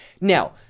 Now